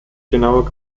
genaue